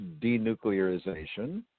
denuclearization